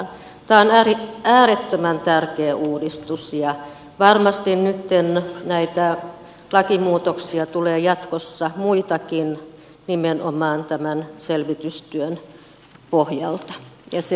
tämä on äärettömän tärkeä uudistus ja varmasti nytten näitä lakimuutoksia tulee jatkossa muitakin nimenomaan tämän selvitystyön pohjalta ja se on hyvä asia